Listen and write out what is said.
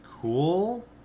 cool